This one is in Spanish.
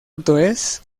reproduce